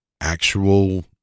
actual